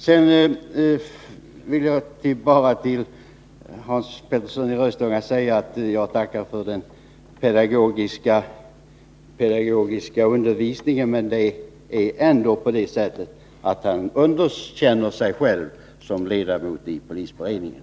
Sedan vill jag till Hans Petersson i Röstånga bara säga att jag tackar för den pedagogiska undervisningen. Men det är ändå på det sättet att han underkänner sig själv som ledamot i polisberedningen.